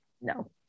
No